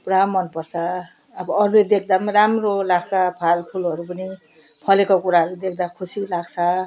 पुरा मनपर्छ अब अरूले देख्दा पनि राम्रो लाग्छ फलफुलहरू पनि फलेको कुराहरू देख्दा खुसी लाग्छ